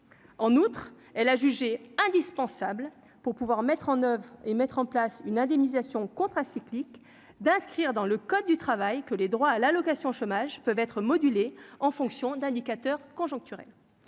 en outre, elle a jugé indispensable pour pouvoir mettre en oeuvre et mettre en place une indemnisation contracyclique d'inscrire dans le code du travail que les droits à l'allocation chômage peuvent être modulée en fonction d'indicateurs conjoncturels